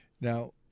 now